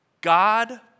God